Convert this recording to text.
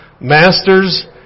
Masters